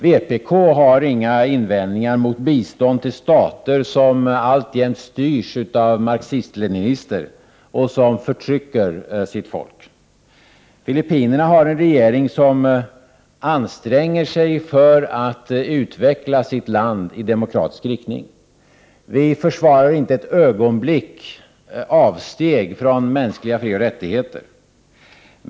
Vpk har inga invändningar mot bistånd till stater som alltjämt styrs av marxist-leninister och som förtrycker sitt folk. Filippinerna har en regering som anstränger sig för att utveckla sitt land i demokratisk riktning. Vi försvarar inte ett ögonblick avsteg från mänskliga frioch rättigheter.